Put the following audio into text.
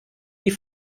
die